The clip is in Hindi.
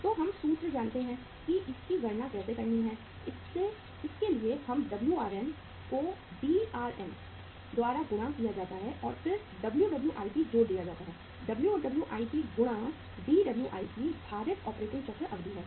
तो हम सूत्र जानते हैं कि इसकी गणना कैसे करनी है इसके लिए हम WRM को DRM द्वारा गुणा किया जाता है और फिर WWIP जोड़ दिया जाता है WWIP गुणा DWIP भारित ऑपरेटिंग चक्र अवधि है